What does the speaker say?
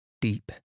deep